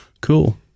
cool